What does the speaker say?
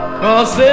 cause